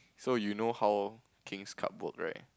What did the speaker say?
so you know how kings cup work right